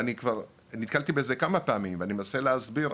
אני כבר נתקלתי בזה כמה פעמים ואני מנסה להסביר.